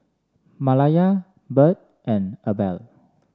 Malaya Bird and Abel